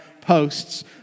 posts